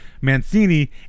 Mancini